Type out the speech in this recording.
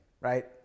right